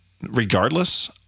regardless